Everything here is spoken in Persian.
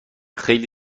خیلی